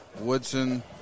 woodson